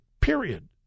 period